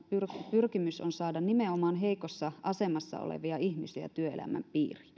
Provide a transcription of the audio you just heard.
pyrkimys on saada nimenomaan heikossa asemassa olevia ihmisiä työelämän piiriin